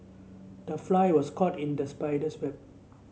the fly was caught in the spider's web